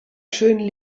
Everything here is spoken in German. schönen